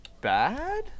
Bad